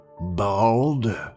bald